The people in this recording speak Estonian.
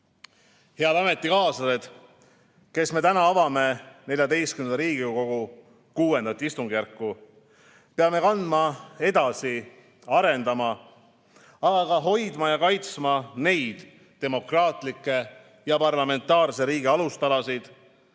ametikaaslased, kes me täna avame XIV Riigikogu VI istungjärku, me peame kandma edasi, arendama, aga ka hoidma ja kaitsma neid demokraatliku ja parlamentaarse riigi alustalasid,